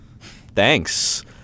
Thanks